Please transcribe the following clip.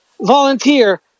volunteer